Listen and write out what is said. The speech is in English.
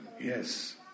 Yes